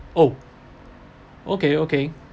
oh okay okay